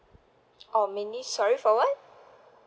oh mainly sorry for [what]